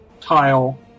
tile